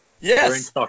Yes